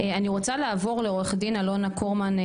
אני רוצה לעבור לעו"ד אלונה קורמן,